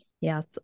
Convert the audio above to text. Yes